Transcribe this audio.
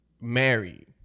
Married